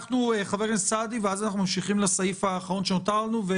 חבר הכנסת סעדי ואז נמשיך לסעיף האחרון שהותרנו.